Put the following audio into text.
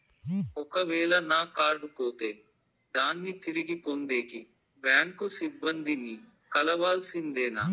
ఒక వేల నా కార్డు పోతే దాన్ని తిరిగి పొందేకి, బ్యాంకు సిబ్బంది ని కలవాల్సిందేనా?